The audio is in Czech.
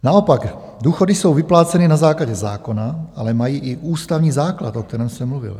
Naopak důchody jsou vypláceny na základě zákona, ale mají i ústavní základ, o kterém jsem mluvil.